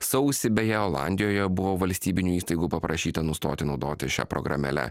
sausį beje olandijoje buvo valstybinių įstaigų paprašyta nustoti naudotis šia programėle